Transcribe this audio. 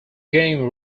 game